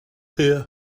here